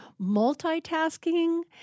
multitasking